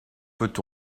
peut